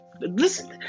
Listen